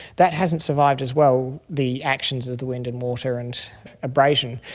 that hasn't survived as well the actions of the wind and water and abrasion.